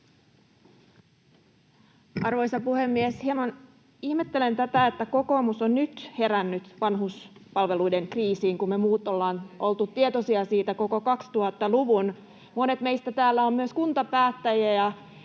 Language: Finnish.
Arvoisa puhemies! Hieman ihmettelen, että kokoomus on nyt herännyt vanhuspalveluiden kriisiin, kun me muut ollaan oltu tietoisia siitä koko 2000-1uvun. Monet meistä täällä ovat myös kuntapäättäjiä